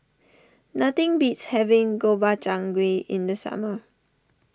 nothing beats having Gobchang Gui in the summer